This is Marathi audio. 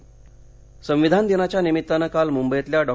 संविधान संविधान दिनाच्या निमित्तानं काल मुंबईतल्या डॉ